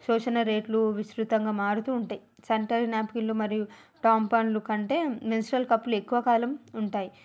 సోషనరేట్లు విస్తృతంగా మారుతా ఉంటాయి శానిటరీ నేప్కిన్లు మరియు రోంపన్లు కంటే మెన్సురల్ కప్పులు ఎక్కువ కాలం ఉంటాయి